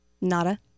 Nada